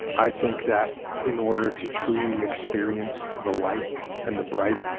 i think that in order to truly experience the light and the bright,